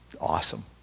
awesome